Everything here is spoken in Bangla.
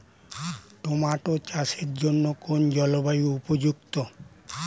টোমাটো চাষের জন্য কোন জলবায়ু উপযুক্ত?